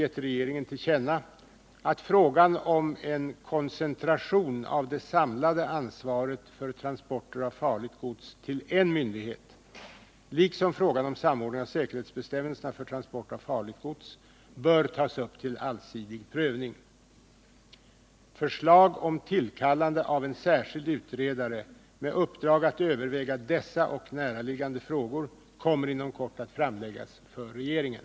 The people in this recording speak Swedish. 1976 77:813, TU 1977 78:8) gett regeringen till känna att frågan om en koncentration av det samlade ansvaret för transporter av farligt gods till en myndighet liksom frågan om samordning av säkerhetsbestämmelserna för transport av farligt gods bör tas upp till allsidig prövning. Förslag om tillkallande av en särskild utredare med uppdrag att överväga dessa och näraliggande frågor kommer inom kort att framläggas för regeringen.